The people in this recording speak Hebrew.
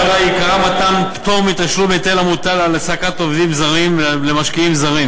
עיקרה מתן פטור מתשלום היטל המוטל על העסקת עובדים זרים למשקיעים זרים,